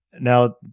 now